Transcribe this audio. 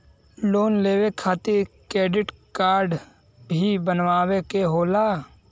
Loan लेवे खातिर credit काडे भी बनवावे के होला?